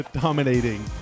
dominating